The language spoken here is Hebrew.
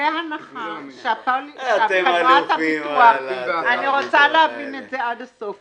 בהנחה שחברת הביטוח אני רוצה להבין את זה עד הסוף